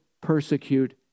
persecute